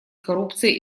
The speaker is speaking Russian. коррупцией